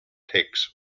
takes